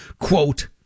Quote